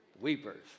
weepers